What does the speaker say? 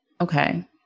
okay